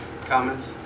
Comments